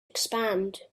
expand